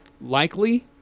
likely